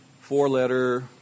four-letter